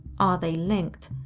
are they linked?